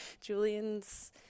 Julian's